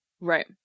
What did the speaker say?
right